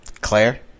Claire